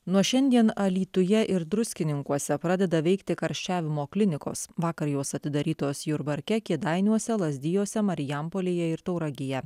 nuo šiandien alytuje ir druskininkuose pradeda veikti karščiavimo klinikos vakar jos atidarytos jurbarke kėdainiuose lazdijuose marijampolėje ir tauragėje